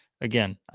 again